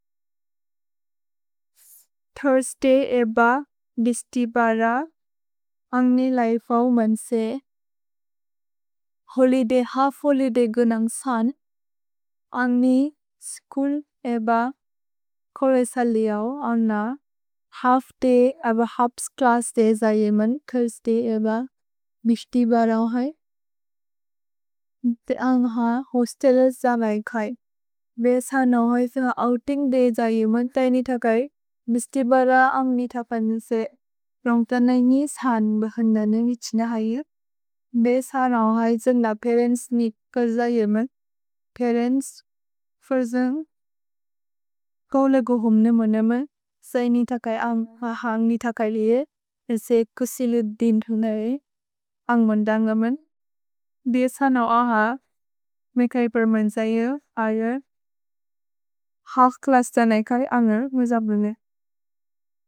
Thursday एब मिस्ति बर। अन्ग् ने लिफे अव् मन् से होलिदय्, हल्फ् होलिदय् गुनन्ग् सान्। अन्ग् ने स्छूल् एब कोवे स लेअव्। अन्ग् न हल्फ् दय् एब हल्फ् च्लस्स् दय् जये मन्। थुर्स्दय् एब मिस्ति बर अव् है। ते अन्ग् हा होस्तेल् ए सबै खै। भे सान् अव् है सान् ओउतिन्ग् दय् जये मन्। थैनि थकै। मिस्ति बर अन्ग् ने लिफे अव् मन् से रोन्ग्त नैनि सान् बहन्दन विछिन है। भे सान् अव् है सान् द परेन्त्स् मीत् कज जये मन्। परेन्त्स्। थुर्स्दय्। कोवे ल गो होमे न मोन मन्। थैनि थकै। अन्ग् हा हन्ग् नि थकै लिये। अन्ग् से कुसिलु दिन् थुन्ग है। अन्ग् मन् दन्ग मन्। दे सान् अव् हा। मे खै पर्मेन्त्स इयो। अयो। हल्फ् च्लस्स् दय् नै खै। अन्गेर्। मुजब् लुन्ग।